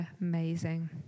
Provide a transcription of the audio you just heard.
amazing